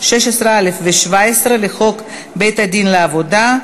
16א ו-17 לחוק בית-הדין לעבודה,